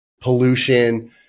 pollution